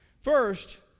First